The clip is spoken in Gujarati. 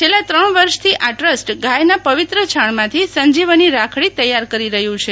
છેલ્લા ત્રણ વર્ષથી આ ટ્રસ્ટ ગાયના પવિત્ર છાણમાંથી સંજીવની રાખડી તેયાર કરી રહ્યું છે